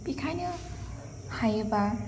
बिखायनो हायोबा